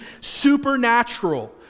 supernatural